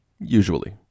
usually